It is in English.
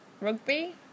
Rugby